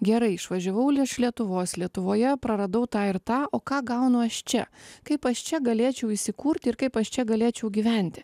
gerai išvažiavau iš lietuvos lietuvoje praradau tą ir tą o ką gaunu aš čia kaip aš čia galėčiau įsikurt ir kaip aš čia galėčiau gyventi